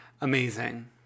Amazing